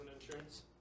insurance